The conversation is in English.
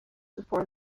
before